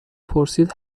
پرسید